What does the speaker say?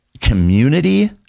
community